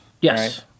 Yes